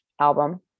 album